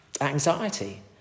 anxiety